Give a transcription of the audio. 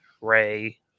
ray